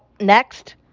Next